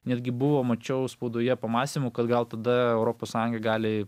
netgi buvo mačiau spaudoje pamąstymų kad gal tada europos sąjunga gali